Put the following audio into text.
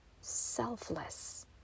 selfless